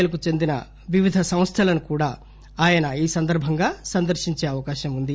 L కు చెందిన వివిధ సంస్థలను కూడా ఆయన ఈ సందర్బంగా సందర్భించే అవకాశం వుంది